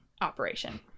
operation